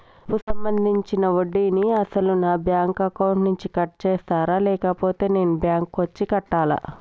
అప్పు సంబంధించిన వడ్డీని అసలు నా బ్యాంక్ అకౌంట్ నుంచి కట్ చేస్తారా లేకపోతే నేను బ్యాంకు వచ్చి కట్టాలా?